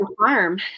harm